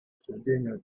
обсуждению